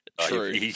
True